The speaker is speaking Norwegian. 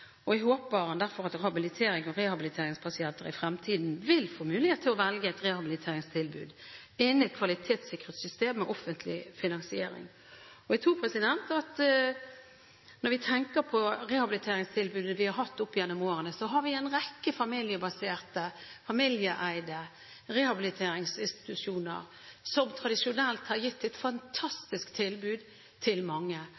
Jeg håper derfor at habiliterings- og rehabiliteringspasienter i fremtiden vil få mulighet til å velge et rehabiliteringstilbud innen et kvalitetssikret system med offentlig finansiering. Når vi tenker på rehabiliteringstilbudet vi har hatt opp gjennom årene, har vi en rekke familiebaserte, familieeide rehabiliteringsinstitusjoner som tradisjonelt har gitt et fantastisk tilbud til mange.